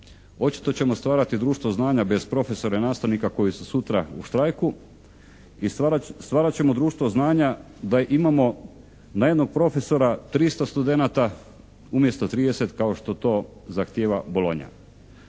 Očito ćemo stvarati društvo znanja bez profesora i nastavnika koji su sutra u štrajku i stvarat ćemo društvo znanja da imamo na jednog profesora 300 studenata umjesto 30 kao što to zahtijeva Bolonja.